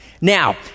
Now